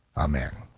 amen.